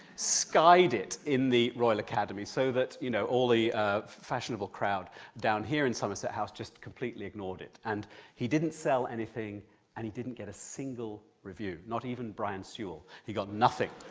skied it in the royal academy, so that you know all the fashionable crowd down here in somerset house just completely ignored it, and he didn't sell anything and he didn't get a single review, not even brian sewell, he got nothing!